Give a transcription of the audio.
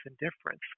indifference